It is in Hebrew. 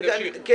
כל